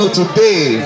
today